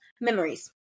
memories